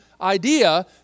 idea